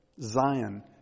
Zion